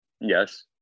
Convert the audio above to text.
Yes